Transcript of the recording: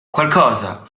qualcosa